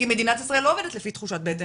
כי מדינת ישראל לא עובדת לפי תחושת בטן,